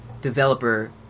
developer